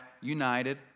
united